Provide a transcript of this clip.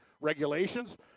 regulations